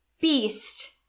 beast